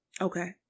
Okay